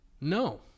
No